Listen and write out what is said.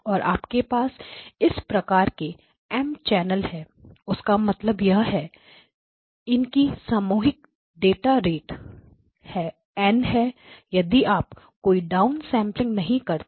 और आपके पास उस प्रकार के M चैनल है उसका मतलब यह है इनकी सामूहिक डाटा रेट N है यदि आप कोई डाउन सैंपलिंग नहीं करते